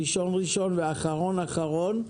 ראשון ראשון ואחרון אחרון.